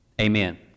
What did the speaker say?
Amen